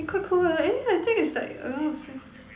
eh quite cool eh I think is like around the same